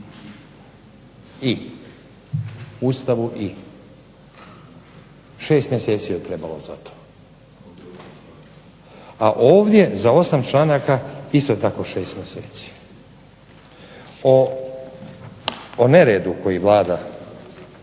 Ustavu i. Šest mjeseci je trebalo za to, a ovdje za osam članaka isto tako šest mjeseci. O neredu koji vlada